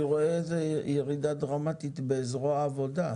אני רואה ירידה דרמטית בזרוע העבודה.